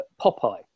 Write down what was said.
Popeye